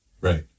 Right